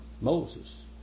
Moses